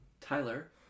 Tyler